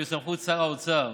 כי בסמכות שר האוצר